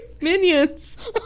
minions